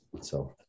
So-